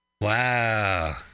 Wow